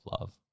love